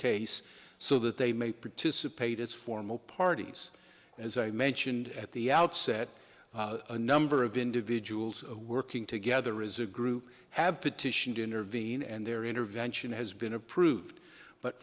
case so that they may participate as formal parties and as i mentioned at the outset a number of individuals working together as a group have petitioned to intervene and their intervention has been approved but